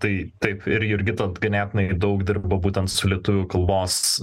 tai taip ir jurgita ganėtinai daug dirba būtent su lietuvių kalbos